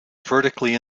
vertically